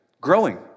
Growing